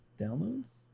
Downloads